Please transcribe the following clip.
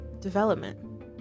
development